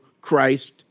Christ